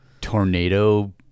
tornado